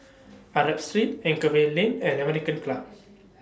Street Anchorvale Lane and American Club